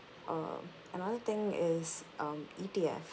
uh another thing is um E_T_F